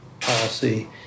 policy